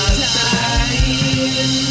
time